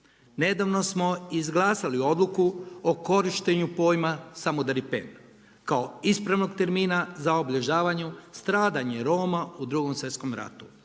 Nedavno smo izglasali odluku o korištenju pojma samudaripen kao ispravnog termina za obilježavanje, stradanje Roma u 2.sv. ratu.